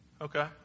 Okay